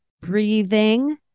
breathing